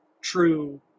true